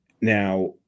Now